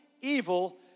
evil